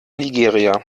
nigeria